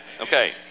Okay